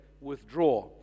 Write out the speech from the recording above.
withdraw